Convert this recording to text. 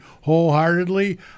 wholeheartedly